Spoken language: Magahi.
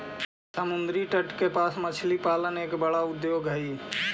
समुद्री तट के पास मछली पालन एक बहुत बड़ा उद्योग हइ